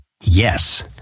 yes